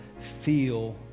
feel